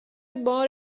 بار